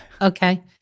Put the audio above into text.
Okay